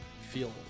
feel